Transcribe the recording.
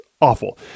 awful